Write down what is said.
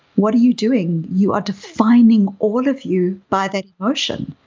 what are you doing? you are defining all of you by that emotion.